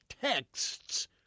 texts